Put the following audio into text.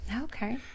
Okay